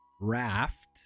Raft